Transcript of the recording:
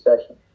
session